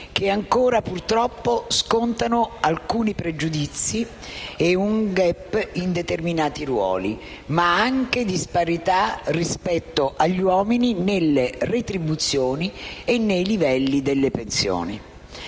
che ancora purtroppo scontano alcuni pregiudizi e un *gap* in determinati ruoli, ma anche disparità rispetto agli uomini nelle retribuzioni e nei livelli delle pensioni.